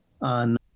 on